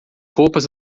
roupas